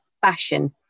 fashion